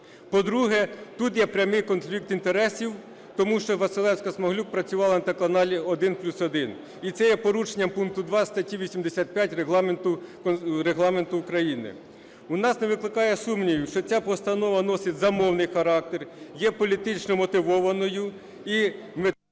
По-друге, тут є прямий конфлікт інтересів тому що Василевська-Смаглюк працювала на телеканалі "1+1". І це є порушенням пункту 2 статті 85 Регламенту України. У нас не викликає сумнівів, що ця постанова носить замовний характер, є політично мотивованою і… ГОЛОВУЮЧИЙ.